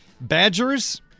Badgers